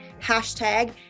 hashtag